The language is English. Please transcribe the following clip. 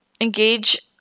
engage